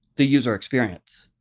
the user experience.